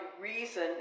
reason